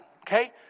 okay